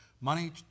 money